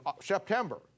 September